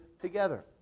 together